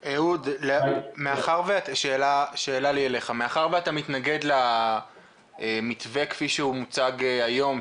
מאחר ואתה מתנגד למתווה כפי שהוא מוצג היום,